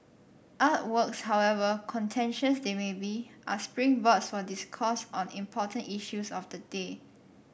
artworks however contentious they may be are springboards for discourse on important issues of the day